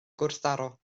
gwrthdaro